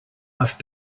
i’ve